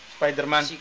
Spider-Man